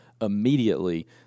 immediately